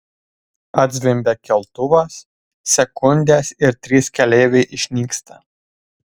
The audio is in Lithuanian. atzvimbia keltuvas sekundės ir trys keleiviai išnyksta